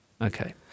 okay